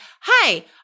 Hi